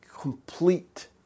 complete